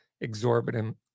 exorbitant